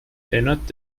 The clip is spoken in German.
erinnert